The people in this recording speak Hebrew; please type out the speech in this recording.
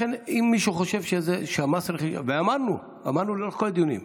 לכן אמרנו לאורך כל הדיונים: